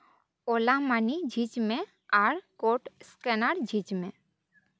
ᱳᱞᱟ ᱢᱟᱹᱱᱤ ᱡᱷᱤᱡᱽ ᱢᱮ ᱟᱨ ᱠᱳᱰ ᱥᱠᱮᱱᱟᱨ ᱡᱷᱤᱡᱽ ᱢᱮ